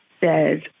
says